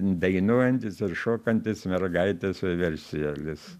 dainuojantis ir šokantis mergaitės vieversėlis